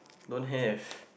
don't have